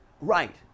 right